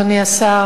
אדוני השר,